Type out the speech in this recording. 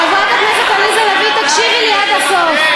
חברת הכנסת עליזה לביא, תקשיבי לי עד הסוף.